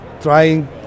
trying